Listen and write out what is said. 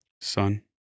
Son